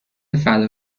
فدا